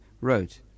wrote